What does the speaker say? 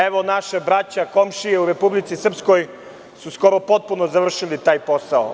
Evo naša braća, komšije u Republici Srpskoj su skoro potpuno završili taj posao.